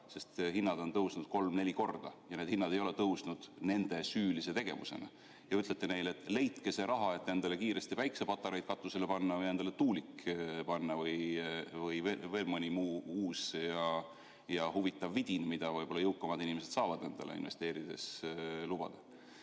vaja? Hinnad on tõusnud kolm-neli korda ja need hinnad ei ole tõusnud nende süülise tegevuse tagajärjel. Kas te ütlete neile, et leidke see raha, et endale kiiresti päikesepatareid katusele panna või endale tuulik püsti panna või veel mõni muu uus ja huvitav vidin, mida võib‑olla jõukamad inimesed saavad endale investeerides lubada?